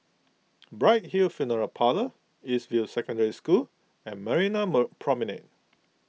Bright Hill Funeral Parlour East View Secondary School and Marina Promenade